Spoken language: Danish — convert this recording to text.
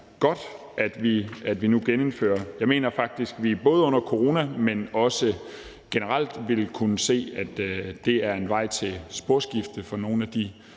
at vi nu genindfører det. Jeg mener faktisk, at vi både i forhold til corona, men også generelt vil kunne se, at det er en vej til sporskifte for nogle af de